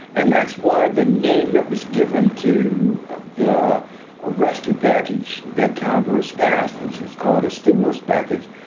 and that's why the name that was given to the ah rescue package that congress passed, which was call it a stimulus package,